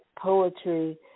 poetry